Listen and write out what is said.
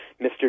Mr